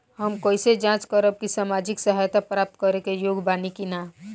हम कइसे जांच करब कि सामाजिक सहायता प्राप्त करे के योग्य बानी की नाहीं?